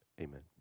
Amen